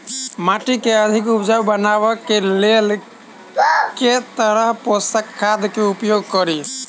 माटि केँ अधिक उपजाउ बनाबय केँ लेल केँ तरहक पोसक खाद केँ उपयोग करि?